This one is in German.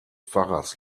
pfarrers